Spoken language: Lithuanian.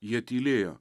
jie tylėjo